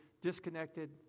disconnected